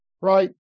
Right